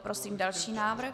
Prosím další návrh.